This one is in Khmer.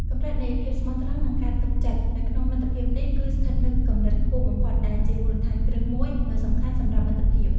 កម្រិតនៃភាពស្មោះត្រង់និងការទុកចិត្តនៅក្នុងមិត្តភាពនេះគឺស្ថិតនៅកម្រិតខ្ពស់បំផុត ដែលជាមូលដ្ឋានគ្រឹះមួយដ៏សំខាន់សម្រាប់មិត្តភាព។